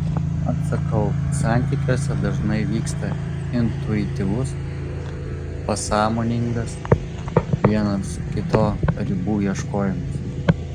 atsakau santykiuose dažnai vyksta intuityvus pasąmoningas vienas kito ribų ieškojimas